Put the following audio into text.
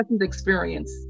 experience